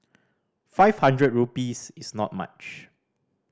five hundred rupees is not much